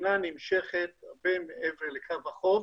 שהמדינה נמשכת הרבה מעבר לקו החוף,